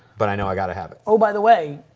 but i know i gotta have it. oh, by the way,